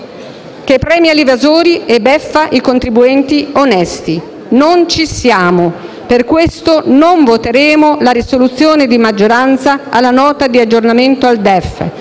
che premia gli evasori e beffa i contribuenti onesti. Non ci siamo. Per tali ragioni non voteremo la risoluzione di maggioranza alla Nota di aggiornamento al DEF.